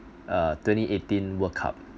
uh twenty eighteen world cup